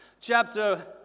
chapter